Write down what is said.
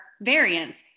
variants